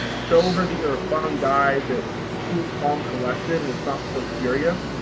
show her that you're a fun guy that's who calm collected and it's not so serious,